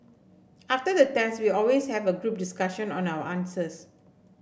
after the test we always have a group discussion on our answers